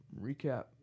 Recap